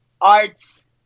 arts